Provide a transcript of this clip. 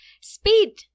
Speed